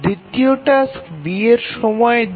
দ্বিতীয় task B এর সময় ২